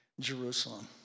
Jerusalem